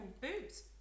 boobs